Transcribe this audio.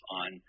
on